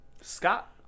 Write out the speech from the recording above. Scott